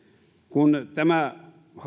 kun tämä